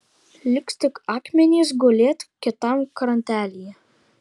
liks tik akmenys gulėt kitam krantelyje